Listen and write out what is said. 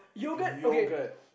yogurt